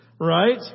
Right